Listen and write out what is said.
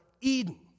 Eden